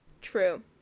True